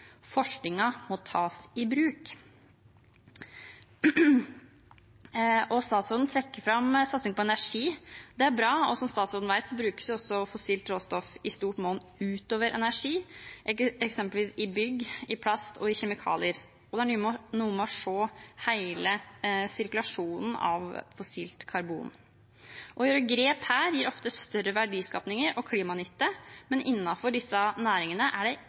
må tas i bruk. Statsråden trekker fram satsing på energi. Det er bra, og som statsråden vet, brukes også fossilt råstoff i stort monn utover energi, eksempelvis i bygg, plast og kjemikalier. Det er noe med å se hele sirkulasjonen av fossilt karbon. Å ta grep her gir ofte større verdiskaping og klimanytte, men innenfor disse næringene er det